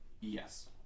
Yes